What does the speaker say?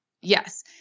yes